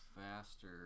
faster